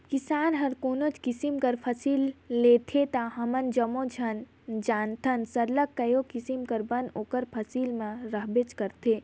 किसान हर कोनोच किसिम कर फसिल लेथे ता हमन जम्मो झन जानथन सरलग कइयो किसिम कर बन ओकर फसिल में रहबेच करथे